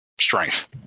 strength